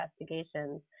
investigations